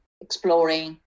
exploring